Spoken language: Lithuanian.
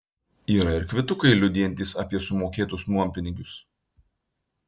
yra ir kvitukai liudijantys apie sumokėtus nuompinigius